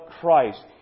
Christ